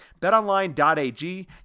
Betonline.ag